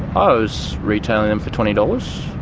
i was retailing them for twenty dollars.